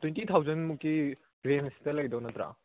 twenty ꯊꯥꯎꯖꯟꯃꯨꯛꯀꯤ ꯔꯦꯟꯖꯇ ꯂꯩꯗꯣꯏ ꯅꯠꯇ꯭ꯔꯥ